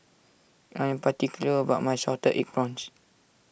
I am particular about my Salted Egg Prawns